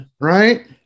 right